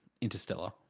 Interstellar